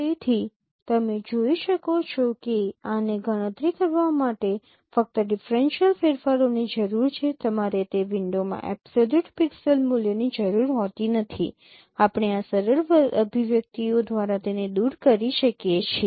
તેથી તમે જોઈ શકો છો કે આને ગણતરી કરવા માટે ફક્ત ડિફરેન્સિયલ ફેરફારોની જરૂર છે તમારે તે વિન્ડોમાં એબ્સોલ્યુટ પિક્સેલ મૂલ્યોની જરૂર હોતી નથી આપણે આ સરળ અભિવ્યક્તિઓ દ્વારા તેને દૂર કરી શકીએ છીએ